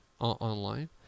online